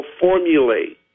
formulate